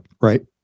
right